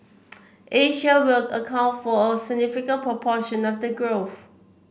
Asia will account for a significant proportion of the growth